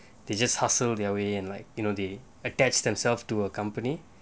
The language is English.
they just hustle their way and like you know they attach themselves to a company